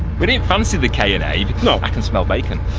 we didn't fancy the k and a. you know i can smell bacon.